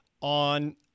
on